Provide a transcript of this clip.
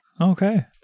Okay